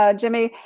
ah jimmy,